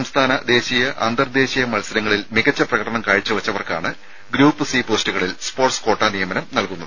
സംസ്ഥാന ദേശീയ അന്തർദേശീയ മത്സരങ്ങളിൽ മികച്ച പ്രകടനം കാഴ്ചവെച്ചവർക്കാണ് ഗ്രൂപ്പ് സി പോസ്റ്റുകളിൽ സ്പോർട്സ് ക്വാട്ട നിയമനം നൽകുന്നത്